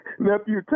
Nephew